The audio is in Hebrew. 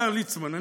השר ליצמן,